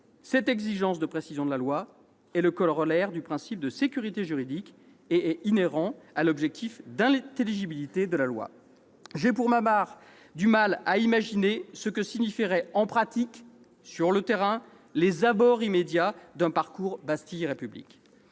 Cette exigence de précision est le corollaire du principe de sécurité juridique. Elle est inhérente à l'objectif d'intelligibilité de la loi. J'ai, pour ma part, du mal à imaginer ce que recouvriraient en pratique, sur le terrain, les « abords immédiats » d'un parcours Bastille-République.